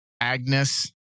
Agnes